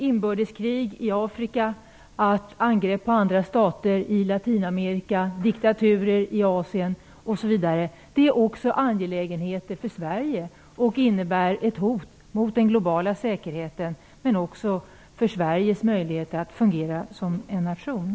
Inbördeskrig i Afrika, angrepp på andra stater i Latinamerika, diktaturer i Asien osv. är angelägenheter också för Sverige, eftersom de här sakerna innebär ett hot mot den globala säkerheten och för Sveriges möjligheter att fungera som nation.